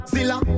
Zilla